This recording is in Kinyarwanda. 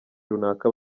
runaka